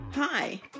Hi